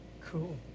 Cool